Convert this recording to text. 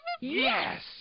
Yes